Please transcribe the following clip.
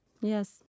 Yes